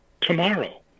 tomorrow